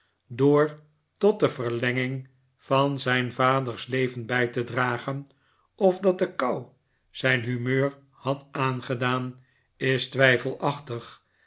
door tot de verlenging van zijn vaders leven bij te dragen of dat de kou zijn huraeur had aangedaan is